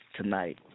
Tonight